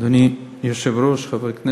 אדוני היושב-ראש, חברי הכנסת,